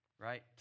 right